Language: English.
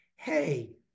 hey